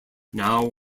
now